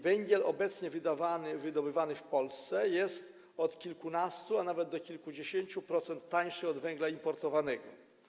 Węgiel obecnie wydobywany w Polsce jest od kilkunastu do nawet kilkudziesięciu procent tańszy od węgla importowanego.